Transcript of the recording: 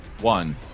one